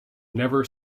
never